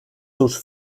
seus